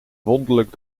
wonderlijk